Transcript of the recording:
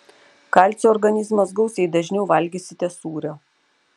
kalcio organizmas gaus jei dažniau valgysite sūrio